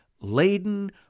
laden